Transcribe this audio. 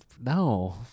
no